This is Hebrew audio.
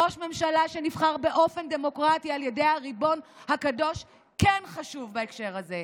ראש ממשלה שנבחר באופן דמוקרטי על ידי הריבון הקדוש כן חשוב בהקשר הזה.